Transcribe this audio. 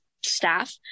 staff